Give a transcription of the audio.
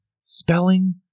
Spelling